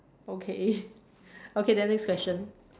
okay okay then next question